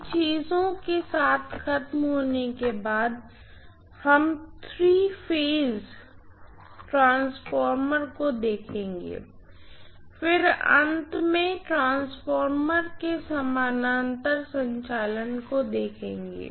इन चीजों के साथ खत्म होने के बाद हम 3 फेज ट्रांसफार्मर को भी देखेंगे फिर अंत में ट्रांसफार्मर के समानांतर संचालन को देखेंगे